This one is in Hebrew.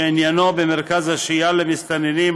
שעניינו מרכז השהייה למסתננים,